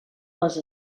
les